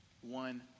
one